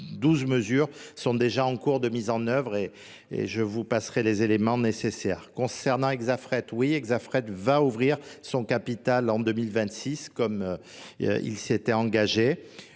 72 mesures sont déjà en cours de mise en œuvre et je vous passerai les éléments nécessaires. Concernant Xafret, oui, Xafret va ouvrir son capital en 2026 comme il s'était engagé.